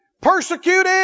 Persecuted